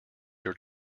your